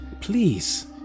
Please